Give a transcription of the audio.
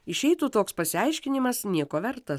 išeitų toks pasiaiškinimas nieko vertas